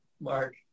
Mark